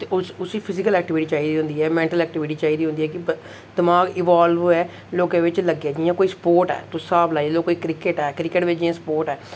ते उस उसी फिजिकली एक्टीविटी चाहिदी होंदी ऐ मेंटल एक्टीविटी चाहिदी होंदी ऐ कि बच्चे दा दमाग इवाल्व होवे लोकें बिच्च लग्गे जियां कोई स्पोर्ट ऐ तुस स्हाब लाई लैओ कोई क्रिकेट ऐ क्रिकेट बिच जियां स्पोर्ट ऐ